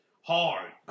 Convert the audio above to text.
Hard